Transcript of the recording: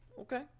Okay